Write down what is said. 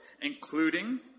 including